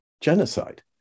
genocide